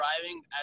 driving